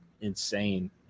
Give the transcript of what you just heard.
insane